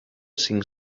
cinc